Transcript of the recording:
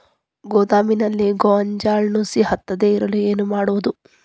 ಗೋದಾಮಿನಲ್ಲಿ ಗೋಂಜಾಳ ನುಸಿ ಹತ್ತದೇ ಇರಲು ಏನು ಮಾಡುವುದು?